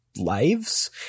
lives